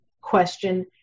question